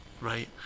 right